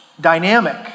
dynamic